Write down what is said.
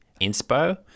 inspo